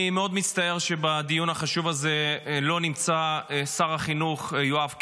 אני מאוד מצטער שבדיון החשוב הזה לא נמצא שר החינוך יואב קיש.